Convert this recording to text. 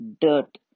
dirt